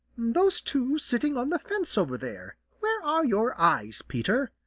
those two sitting on the fence over there. where are your eyes, peter?